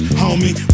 homie